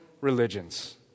religions